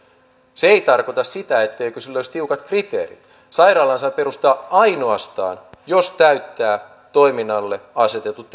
se ei tarkoita sitä etteikö sille olisi tiukat kriteerit sairaalan saa perustaa ainoastaan jos täyttää toiminnalle asetetut